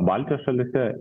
baltijos šalyse